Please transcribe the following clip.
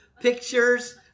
pictures